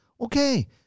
Okay